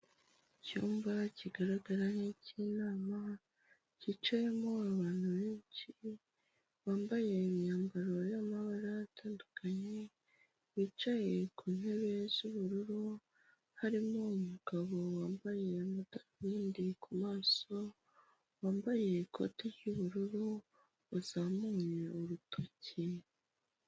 Icyumba kigaragara nk'ik'inama kicayemo abantu benshi bambaye imyambaro y'amabara atandukanye, bicaye ku ntebe z'ubururu harimo umugabo wambaye amadabindi ku maso, wambaye ikoti ry'ubururu wazamuye urutoki.